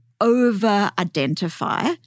over-identify